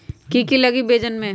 की की लगी भेजने में?